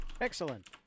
Excellent